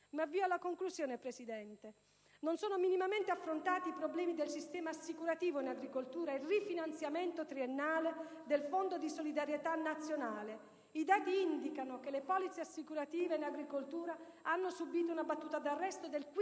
mi avvio alla conclusione. Non sono minimamente affrontati i problemi del sistema assicurativo in agricoltura e il rifinanziamento triennale del Fondo di solidarietà nazionale. I dati indicano che le polizze assicurative in agricoltura hanno subito una battuta d'arresto del 15